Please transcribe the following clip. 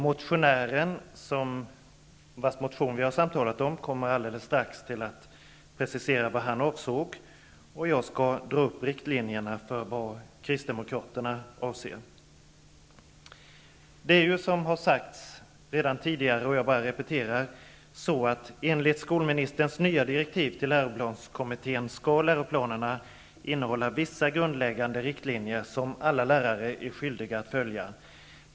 Motionären, vars motion vi har samtalat om, kommer strax att precisera vad han avsåg, och jag skall redovisa riktlinjerna för vad kristdemokraterna avser. Det är ju så, som har sagts redan tidigare, att enligt skolministerns nya direktiv till läroplanskommittén skall läroplanerna innehålla vissa grundläggande riktlinjer som alla lärare är skyldiga att följa.